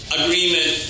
agreement